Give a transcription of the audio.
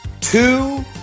Two